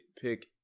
pick